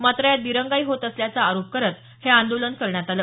मात्र यात दिरंगाई होत असल्याचा आरोप करत हे आंदोलन करण्यात आलं